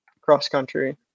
cross-country